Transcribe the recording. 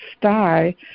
sty